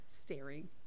staring